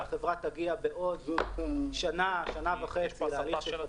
אז החברה תגיע בעוד שנה או שנה וחצי לפירעון,